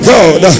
God